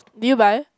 did you buy